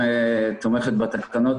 תומכת בתקנות